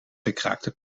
gekraakte